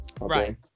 Right